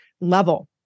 level